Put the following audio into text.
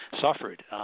suffered